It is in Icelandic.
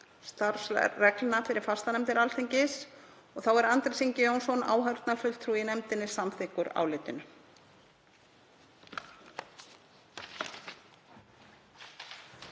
starfsreglna fyrir fastanefndir Alþingis. Þá er Andrés Ingi Jónsson, áheyrnarfulltrúi í nefndinni, samþykkur álitinu.